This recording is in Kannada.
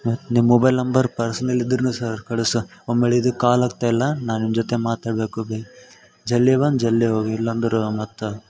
ಮತ್ ನಿನ್ ಮೊಬೈಲ್ ನಂಬರು ಪರ್ಸ್ನಲ್ ಇದ್ರುನು ಸ ಕಳ್ಸ್ ಒಮ್ಮಿಲಿ ಇದಕ್ ಕಾಲ್ ಹತ್ತಾಯಿಲ್ಲ ನಾನ್ ನಿನ್ ಜೊತೆ ಮಾತಾಡ್ಬೇಕು ಬೆ ಜಲ್ದಿ ಬಂದು ಜಲ್ದಿ ಹೋಗಿ ಇಲ್ಲಾಂದ್ರು ಮತ್ತು